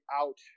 out